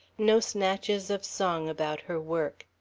no snatches of song about her work.